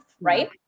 Right